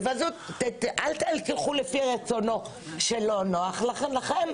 אל תלכו לפי רצונו כשלא נוח לכם,